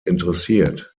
interessiert